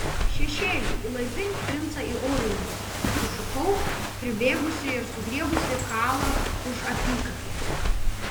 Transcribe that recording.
šešėli įlaipink princą į orlaivį sušukau pribėgusi ir sugriebusi kalą už apykaklės